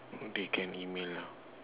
they can email ah